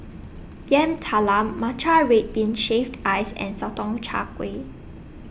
Yam Talam Matcha Red Bean Shaved Ice and Sotong Char Kway